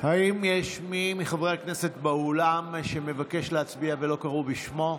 יש מי מחברי הכנסת באולם שמבקש להצביע ולא קראו בשמו?